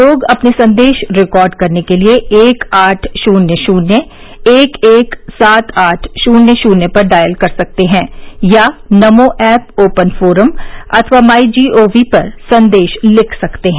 लोग अपने संदेश रिकॉर्ड करने के लिए एक आठ शुन्य शुन्य एक एक सात आठ शुन्य शुन्य पर डायल कर सकते हैं या नमो ऐप ओपन फोरम अथवा माई जी ओ वी पर संदेश लिख सकते हैं